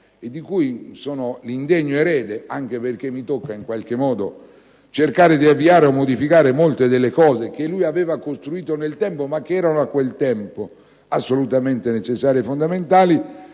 e di cui sono l'indegno erede, anche perché mi tocca in qualche modo cercare di avviare o modificare molte delle cose che lui aveva costruito nel tempo ma che erano a quel tempo assolutamente necessarie e fondamentali.